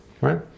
Right